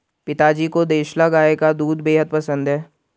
पिताजी को देसला गाय का दूध बेहद पसंद है